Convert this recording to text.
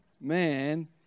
man